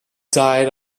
died